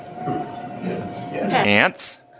ants